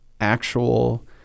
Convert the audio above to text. actual